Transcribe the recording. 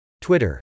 Twitter